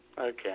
Okay